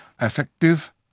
effective